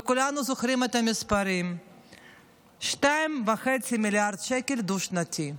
וכולנו זוכרים את המספרים: 2.5 מיליארד שקל דו-שנתי.